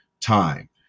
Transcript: TIME